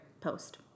post